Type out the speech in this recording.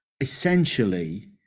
essentially